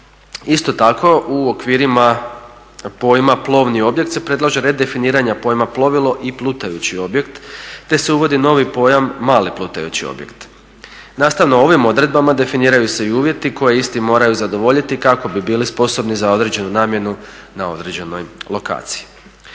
Isto tako u okvirima pojma plovni objekt se predlaže redefiniranje pojma plovilo i plutajući objekt, te se uvodi novi pojam mali plutajući objekt. Nastavno ovim odredbama definiraju se i uvjeti koji isti moraju zadovoljiti kako bi bili sposobni za određenu namjenu na određenoj lokaciji.